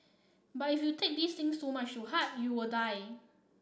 but if you take these things too much to heart you will die